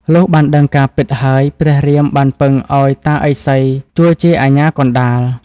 លុះបានដឹងការពិត ហើយព្រះរាមបានពឹងឱ្យតាឥសីជួយជាអាជ្ញាកណ្តាល។